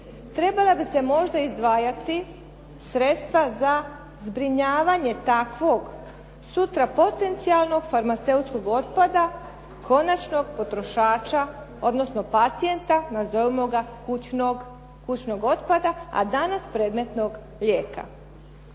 trebala bi se možda izdvajati sredstva za zbrinjavanje takvog sutra potencijalnog farmaceutskog otpada konačnog potrošača odnosno pacijenta nazovimo ga kućnog otpada a danas predmetnog lijeka.